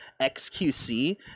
XQC